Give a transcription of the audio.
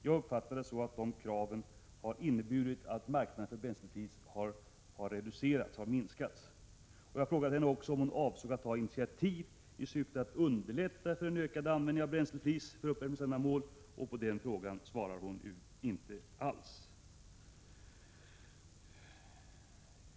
Jag uppfattade att de kraven har inneburit att marknaden för bränsleflis har minskats. Jag frågade henne också om hon avsåg att ta initiativ i syfte att underlätta en ökad användning av bränsleflis för uppvärmningsändamål. På den frågan svarade hon inte alls.